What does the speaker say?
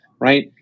right